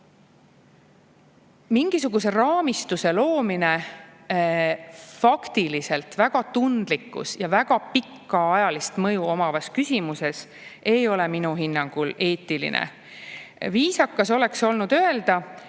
Mingisuguse raamistuse loomine faktiliselt väga tundlikus ja väga pikaajalist mõju omavas küsimuses ei ole minu hinnangul eetiline. Viisakas oleks olnud öelda, et